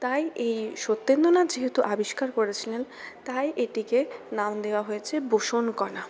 তাই এই সত্যেন্দ্রনাথ যেহেতু আবিস্কার করেছিলেন তাই এটিকে নাম দেওয়া হয়েছে বোসন কণা